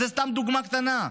זו סתם דוגמה קטנה,